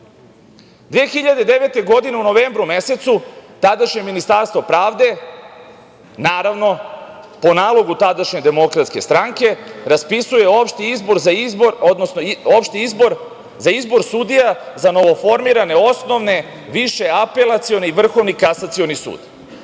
2009. godine tadašnje Ministarstvo pravde, naravno, po nalogu tadašnje DS raspisuje opšti izbor za izbor sudija za novoformirane osnovne, više apelacione i Vrhovni kasacioni sud.